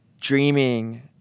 dreaming